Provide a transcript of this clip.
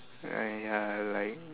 !aiya! like